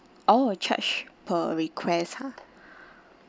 oh charge per request ah